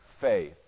faith